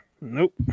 Nope